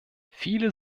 viele